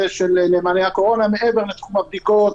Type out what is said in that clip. של נאמני הקורונה מעבר לתחום הבדיקות,